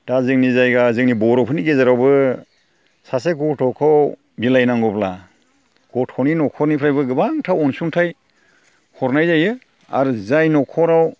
दा जोंनि जायगा जोंनि बर'फोरनि गेजेरावबो सासे गथ'खौ बिलाइनांगौब्ला गथ'नि न'खरनिफ्रायबो गोबांथार अनसुंथाइ हरनाय जायो आरो जाय न'खराव